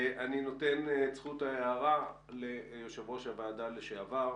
אני נותן את זכות ההערה ליושב-ראש הוועדה לשעבר,